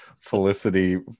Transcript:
Felicity